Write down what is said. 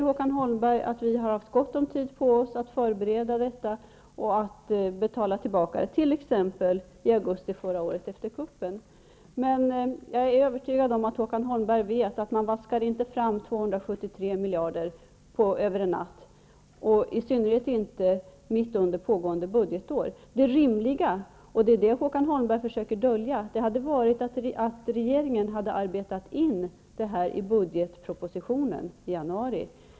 Håkan Holmberg säger att vi har haft gott om tid på oss att förbereda detta och betala tillbaka det, t.ex. efter kuppen i augusti förra året. Jag är övertygad om att Håkan Holmberg vet att man inte vaskar fram 273 milj.kr. över en natt, i synnerhet inte mitt under pågående budgetår. Det rimliga hade varit att regeringen hade arbetat in detta i budgetpropositionen i januari.